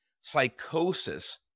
psychosis